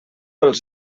els